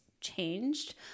changed